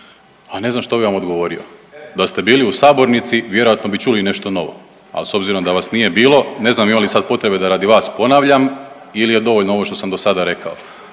A ne znam što bi vam odgovorio. Da ste bili u sabornici vjerojatno bi čuli nešto novo, ali s obzirom da vas nije bilo ne znam ima li sad potrebe da radi vas ponavljam ili je dovoljno ovo što sam do sada rekao.